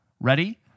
Ready